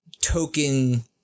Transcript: token